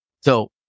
So-